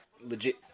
legit